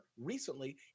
recently